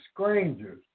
strangers